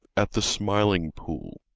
at the smiling pool,